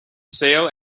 sail